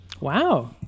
Wow